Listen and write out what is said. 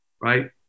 right